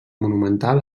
monumental